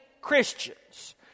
Christians